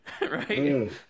right